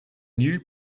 new